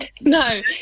No